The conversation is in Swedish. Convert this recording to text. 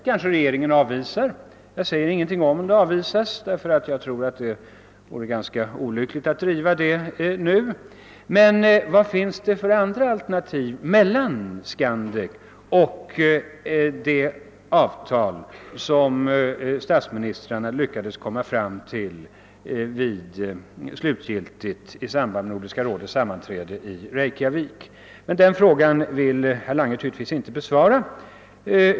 Jag har ingenting att invända mot att regeringen avvisar detta alternativ, ty enligt min mening vore det ganska olyckligt att driva det förslaget nu. Men vilka andra alternativ finns det förutom Skandek och det avtal som statsministrarna slutgiltigt lyckades komma fram till i samband med Nordiska rådets sammanträde i Reykjavik? Den frågan vill herr Lange naturligtvis inte besvara.